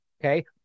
Okay